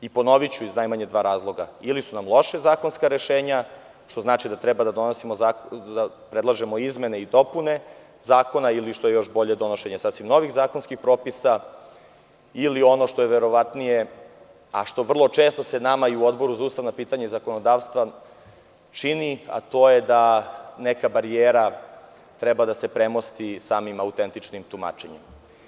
Ponoviću iz najmanje dva razloga, ili su nam loša zakonska rešenja, što znači da treba da predlažemo izmene i dopune zakona ili još bolje, donošenje sasvim novih zakonskih propisa, ili ono što je verovatnije, a što vrlo često se nama i u Odboru za ustavna pitanja i zakonodavstvo čini, a to je da neka barijera treba da se premosti samim autentičnim tumačenjima.